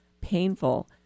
painful